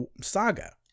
Saga